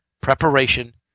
preparation